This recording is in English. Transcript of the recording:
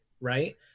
right